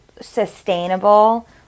sustainable